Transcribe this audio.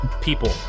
People